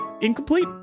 incomplete